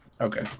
okay